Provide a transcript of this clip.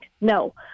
No